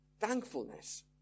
thankfulness